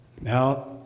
Now